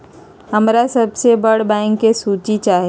हमरा सबसे बड़ बैंक के सूची चाहि